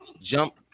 jump